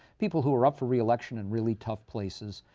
people who were up for reelection in really tough places.